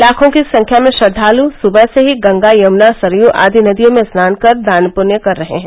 लाखों की संख्या में श्रद्वालू सुबह से ही गंगा यमुना सरयू आदि नदियों में स्नान कर दान पृण्य कर रहे हैं